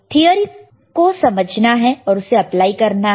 तो थिअरी को समझना है और उसे अप्लाई करना है